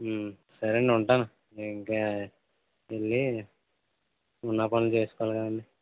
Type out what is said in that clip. సరే అండి ఉంటాను నేను ఇంకా తిని ఉన్న పనులు చేసుకోవాలి